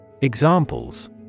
Examples